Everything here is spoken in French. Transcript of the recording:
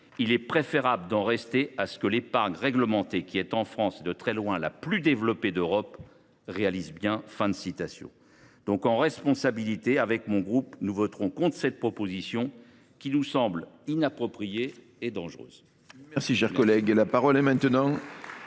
Il est préférable d’en rester à ce que l’épargne réglementée, qui est en France et de très loin la plus développée d’Europe, réalise bien ». En responsabilité, notre groupe votera contre cette proposition de loi, qui nous semble inappropriée et dangereuse.